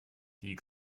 die